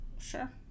Sure